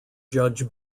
judge